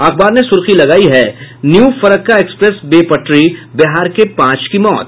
अखबार ने सुर्खी लगायी है न्यू फरक्का एक्सप्रेस बेपटरी बिहार के पांच की मौत